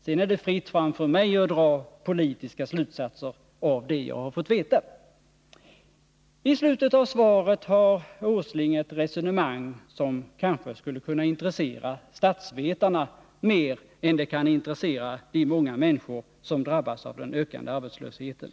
Sedan är det fritt fram för mig att dra politiska slutsatser av det jag har fått veta. I slutet av svaret har Nils Åsling ett resonemang som kanske skulle kunna intressera statsvetarna mer än det kan intressera de många människor som drabbas av den ökande arbetslösheten.